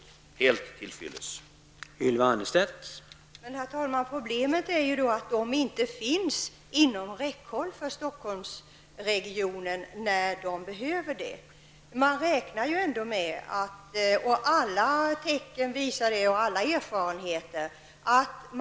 Tillgången på ingenjörssoldater är helt till fyllest.